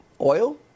Oil